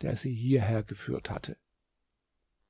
der sie hierher geführt hatte